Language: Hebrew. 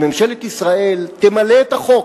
שממשלת ישראל תמלא את החוק,